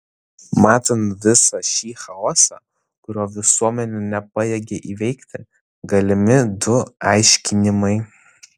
matant visą šį chaosą kurio visuomenė nepajėgia įveikti galimi du aiškinimai